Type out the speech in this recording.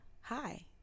Hi